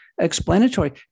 explanatory